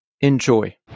Enjoy